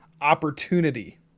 opportunity